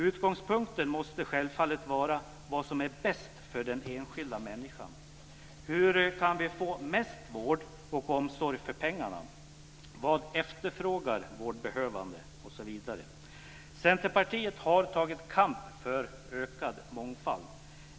Utgångspunkten måste självfallet vara vad som är bäst för den enskilda människan, hur vi kan få mest vård och omsorg för pengarna, vad vårdbehövande efterfrågar osv. Centerpartiet har tagit kamp för ökad mångfald.